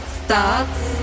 starts